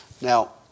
Now